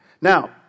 Now